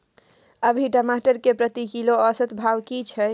अभी टमाटर के प्रति किलो औसत भाव की छै?